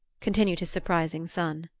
continued his surprising son.